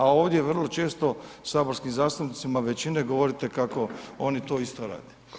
A ovdje vrlo često saborski zastupnicima većine govorite kako oni to isto rade.